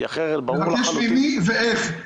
כי אחרת ברור לחלוטין --- לבקש ממי ואיך?